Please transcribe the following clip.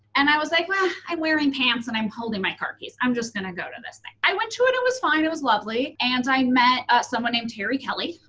and i was like ah, i'm wearing pants and i'm holding my car keys, i'm just gonna go to this thing. i went to it, it was fine, it was lovely and i met someone named terry kelly.